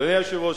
אדוני היושב-ראש,